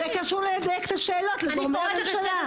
זה קשור לדייק את השאלות לגורמי הממשלה.